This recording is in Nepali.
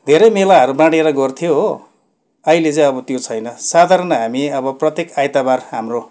धेरै मेलाहरू बाँडिएर गर्थ्यौँ हो अहिले चाहिँ अब त्यो छैन साधारण हामी अब प्रत्येक आइतबार हाम्रो